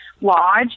lodge